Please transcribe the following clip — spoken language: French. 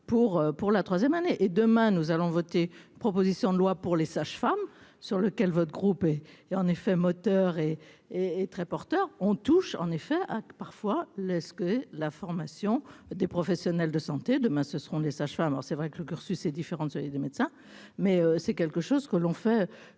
pour la 3ème année et demain nous allons voter, proposition de loi pour les sages-femmes sur lequel votre groupe et et en effet moteur et et est très porteur, on touche en effet hein que parfois les ce que la formation des professionnels de santé, demain ce seront des sages-femmes, alors c'est vrai que le cursus est différent de celui des médecins, mais c'est quelque chose que l'on fait